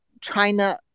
China